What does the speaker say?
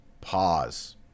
Pause